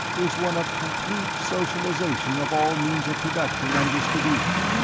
is one of complete socialization of all means of production and distribution,